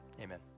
amen